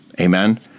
Amen